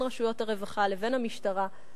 בין רשויות הרווחה לבין המשטרה.